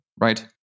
right